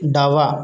डावा